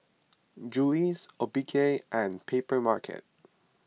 Julie's Obike and Papermarket